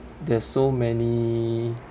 there's so many